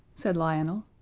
said lionel,